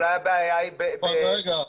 אולי הבעיה --- רק רגע.